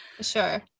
sure